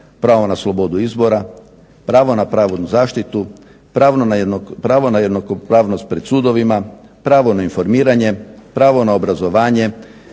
pravo na slobodu izbora, pravo na pravednu zaštitu, pravo na jednakopravnost pred sudovima, pravo na informiranje, pravo na obrazovanje,